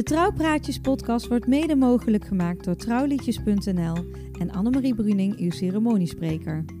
De Trouwpraatjes-podcast wordt mede mogelijk gemaakt door trouwliedjes.nl en Annemarie Bruning, uw ceremoniespreker.